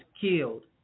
killed